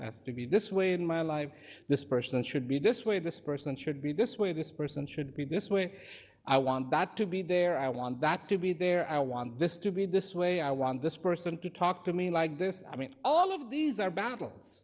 i have to be this way in my life this person should be this way this person should be this way this person should be this way i want that to be there i want that to be there i want this to be this way i want this person to talk to me like this i mean all of these are battles